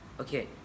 okay